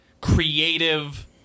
creative